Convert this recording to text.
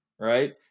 Right